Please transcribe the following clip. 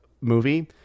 movie